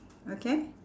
okay